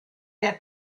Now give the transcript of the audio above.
der